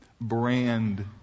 brand